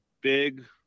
big